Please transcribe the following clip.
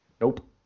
nope